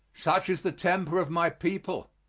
such is the temper of my people.